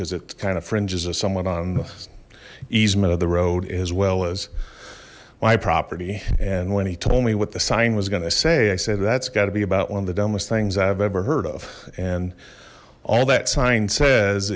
because it kind of fringes us somewhat on the easement of the road as well as my property and when he told me what the sign was gonna say i said that's got to be about one of the dumbest things i've ever heard of and all that sign says